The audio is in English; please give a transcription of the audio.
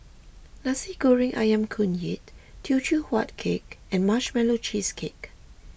Nasi Goreng Ayam Kunyit Teochew Huat Kueh and Marshmallow Cheesecake